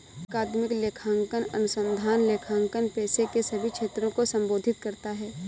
अकादमिक लेखांकन अनुसंधान लेखांकन पेशे के सभी क्षेत्रों को संबोधित करता है